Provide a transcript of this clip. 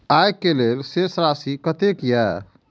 आय के लेल शेष राशि कतेक या?